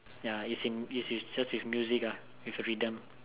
ya it's just with music with a rhythm